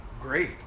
great